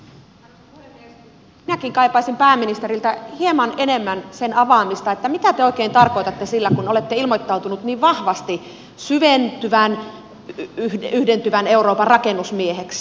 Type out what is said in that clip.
minäkin kaipaisin pääministeriltä hieman enemmän sen avaamista mitä te oikein tarkoitatte sillä kun olette ilmoittautunut niin vahvasti syventyvän yhdentyvän euroopan rakennusmieheksi